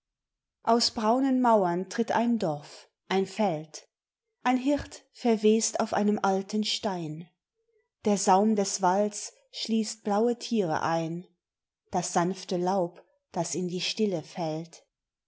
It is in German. aus braunen mauern tritt ein dorf ein feld ein hirt verwest auf einem alten stein der saum des walds schließt blaue tiere ein das sanfte laub das in die stille fällt